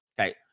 Okay